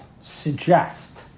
suggest